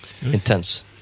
intense